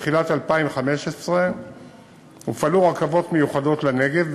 בתחילת 2015 הופעלו רכבות מיוחדות לנגב,